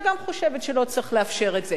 אני חושבת שלא צריך לאפשר את זה.